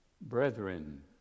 Brethren